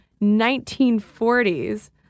1940s